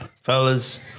fellas